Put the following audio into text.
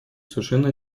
совершенно